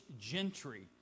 gentry